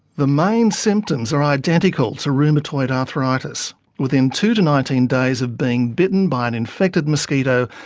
the main symptoms are identical to rheumatoid arthritis. within two to nineteen days of being bitten by an infected mosquito,